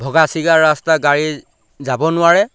ভগা ছিগা ৰাস্তা গাড়ী যাব নোৱাৰে